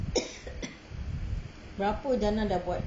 berapa jannah dah buat